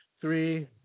three